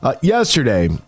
Yesterday